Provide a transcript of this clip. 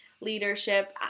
leadership